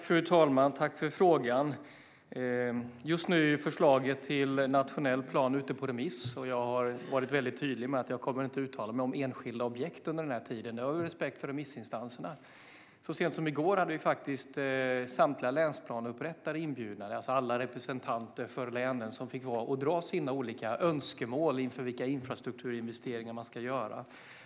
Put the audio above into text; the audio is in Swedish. Fru talman! Tack, ledamoten, för frågan! Just nu är förslaget till nationell plan ute på remiss. Jag har varit väldigt tydlig med att jag inte kommer att uttala mig om enskilda objekt under den tiden av respekt för remissinstanserna. Så sent som i går hade vi samtliga länsplaneupprättare inbjudna. Det var alla representanter för länen som fick föredra sina olika önskemål om vilka infrastrukturinvesteringar man ska göra.